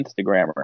Instagrammer